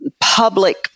public